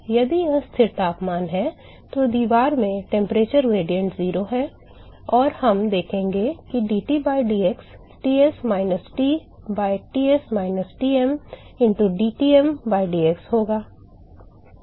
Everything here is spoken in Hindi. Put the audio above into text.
इसलिए यदि यह स्थिर तापमान है तो दीवार में temperature gradient 0 है और हम देखेंगे कि dT by dx Ts minus T by Ts minus Tm into dTm by dx होगा